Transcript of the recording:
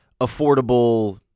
affordable